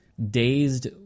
dazed